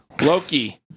Loki